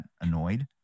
annoyed